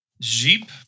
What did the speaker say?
Jeep